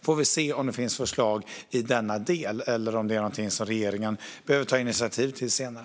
Vi får se om det finns förslag om denna del eller om det är något som regeringen behöver ta initiativ till senare.